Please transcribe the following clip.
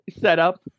setup